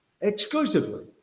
exclusively